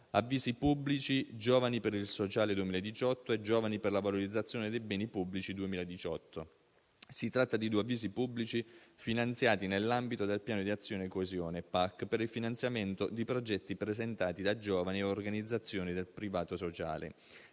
avvisi pubblici «Giovani per il sociale 2018» e «Giovani per la valorizzazione dei beni pubblici 2018»: si tratta di due avvisi pubblici finanziati nell'ambito del piano di azione e coesione (PAC) per il finanziamento di progetti presentati da giovani e organizzazioni del privato sociale